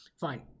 fine